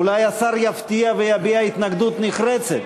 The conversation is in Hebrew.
אולי השר יפתיע ויביע התנגדות נחרצת?